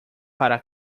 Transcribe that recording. para